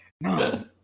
No